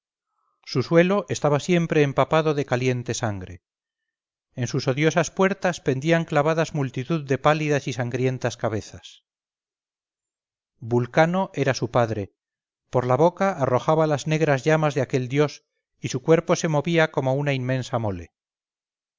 su suelo estaba siempre empapado de caliente sangre en sus odiosas puertas pendían clavadas multitud de pálidas y sangrientas cabezas vulcano era su padre por la boca arrojaba las negras llamas de aquel dios y su cuerpo se movía como una inmensa mole